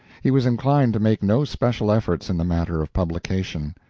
he was inclined to make no special efforts in the matter of publication.